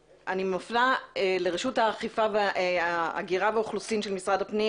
פונה לאנושיות של רשות ההגירה והאוכלוסין של משרד הפנים